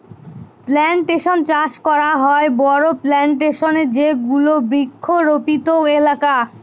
plantation চাষ করা হয় বড়ো প্লানটেশনে যেগুলো বৃক্ষরোপিত এলাকা